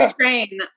train